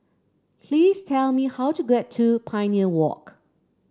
please tell me how to get to Pioneer Walk